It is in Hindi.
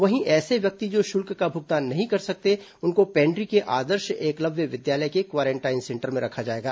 वहीं ऐसे व्यक्ति जो शुल्क का भुगतान नहीं कर सकते हैं उनको पेण्ड्री के आदर्श एकलव्य विद्यालय के क्वारेंटाइन सेंटर में रखा जाएगा